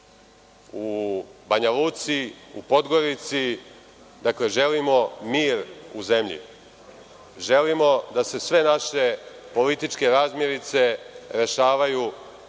u Banja Luci, u Podgorici, dakle, želimo mir u zemlji. Želimo da se sve naše političke razmirice rešavaju